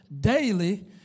daily